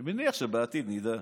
אני מניח שבעתיד נדע.